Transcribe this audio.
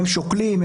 הם שוקלים,